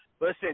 Listen